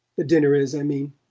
the dinner is, i mean.